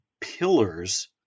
pillars